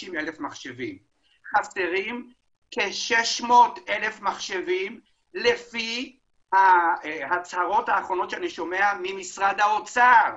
חסרים כ-600,000 מחשבים לפי ההצהרות האחרונות שאני שומע ממשרד האוצר.